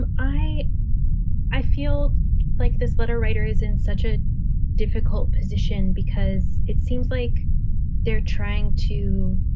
and i i feel like this letter writer is in such a difficult position because it seems like they're trying to.